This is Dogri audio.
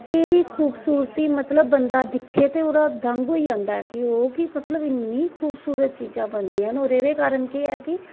एह्दी खूवसूरती बंदा दिक्खे ते ओह्दी दंग होई जंदा ऐ कि ओह् मतलव कि इन्नी खूबसूरत चीज़ां बनदियां हून एह्दे कारन एह् ऐ कि